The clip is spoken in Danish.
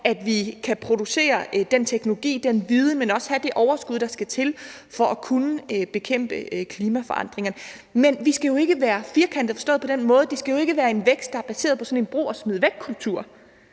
at vi kan producere den teknologi, den viden, men også have det overskud, der skal til, for at kunne bekæmpe klimaforandringerne. Men vi skal ikke være firkantede forstået på den måde, at det jo ikke skal være en vækst, der er baseret på sådan en brug og smid væk-kultur.